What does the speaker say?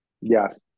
Yes